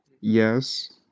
Yes